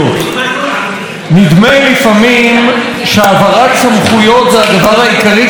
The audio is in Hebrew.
נדמה לפעמים שהעברת סמכויות זה הדבר העיקרי שאנחנו עושים כאן.